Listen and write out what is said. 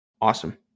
awesome